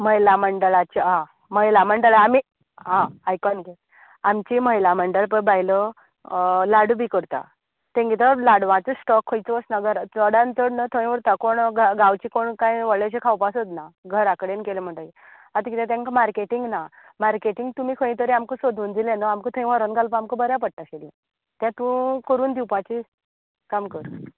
महिला मंडळाच्या हय महिला मंडळ आमी हय आयकून घे आमची महिला मंडळ पळय बायलो लाडू बी करतात तेंगे तो लाडवा स्टॉक खंयच चडान चड तो थंय उरता कोण गांवचे कोण काय व्हडलेशें खावपाक सोदनात घरा कडेन केले म्हणटकीर आतां कितें तेंकां मार्केटींग ना मार्केटींग तुमी खंय तरी आमकां सोदून दिलें न्ही आमकां थंय व्हरून घालपाक आमकां बऱ्या पडटलें आशिल्लें तें तूं करून दिवपाचें काम कर